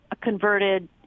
converted